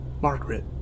Margaret